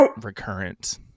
recurrent